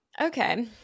Okay